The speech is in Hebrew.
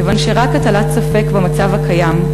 כיוון שרק הטלת ספק במצב הקיים,